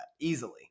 easily